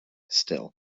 still